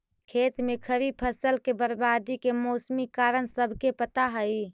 खेत में खड़ी फसल के बर्बादी के मौसमी कारण सबके पता हइ